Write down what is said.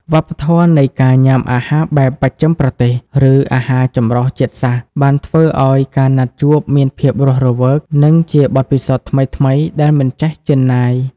វប្បធម៌នៃការញ៉ាំអាហារបែបបស្ចិមប្រទេស ឬអាហារចម្រុះជាតិសាសន៍ បានធ្វើឱ្យការណាត់ជួបមានភាពរស់រវើក និងជាបទពិសោធន៍ថ្មីៗដែលមិនចេះជឿនណាយ។